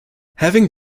having